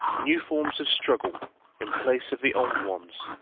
new forms of struggle in place of the old ones.